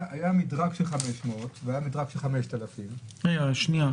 היה מדרג של 500 והיה מדרג של 5,000. לא,